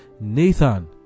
Nathan